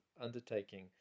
undertaking